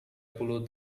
puluh